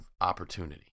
opportunity